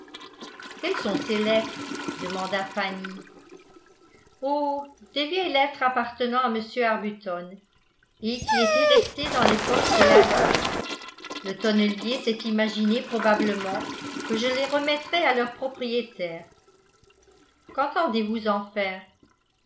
quelles sont ces lettres demanda fanny oh de vieilles lettres appartenant à m arbuton et qui étaient restées dans les poches de l'habit le tonnelier s'est imaginé probablement que je les remettrais à leur propriétaire qu'entendez-vous en faire